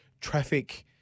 traffic